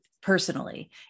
personally